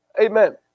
Amen